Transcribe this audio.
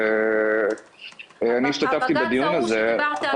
אני השתתפתי בדיון הזה.